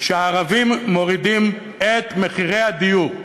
שהערבים מורידים את מחירי הדיור.